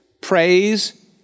praise